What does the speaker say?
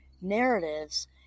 narratives